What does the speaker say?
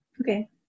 Okay